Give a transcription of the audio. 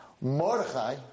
Mordechai